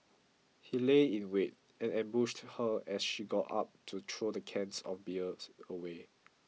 he lay in wait and ambushed her as she got up to throw the cans of beer away